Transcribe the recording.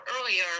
earlier